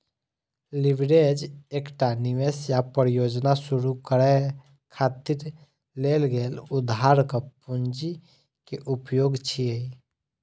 leverage एकटा निवेश या परियोजना शुरू करै खातिर लेल गेल उधारक पूंजी के उपयोग छियै